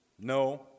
no